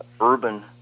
urban